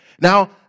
Now